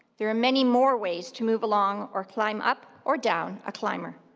there are many more ways to move along or climb up or down a climber.